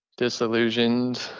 disillusioned